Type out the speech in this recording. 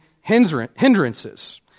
hindrances